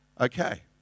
Okay